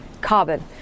Carbon